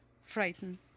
frightened